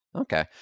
Okay